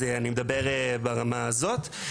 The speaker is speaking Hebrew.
אז אני מדבר ברמה הזאת.